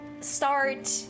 start